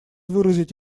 выразить